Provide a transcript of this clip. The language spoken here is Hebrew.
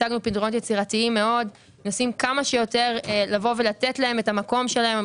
הצגנו פתרונות יצירתיים מאוד לבוא ולתת להם את המקום שלהם.